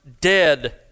dead